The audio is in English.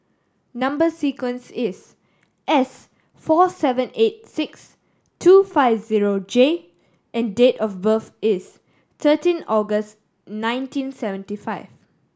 number sequence is S four seven eight six two five zero J and date of birth is thirteen August nineteen seventy five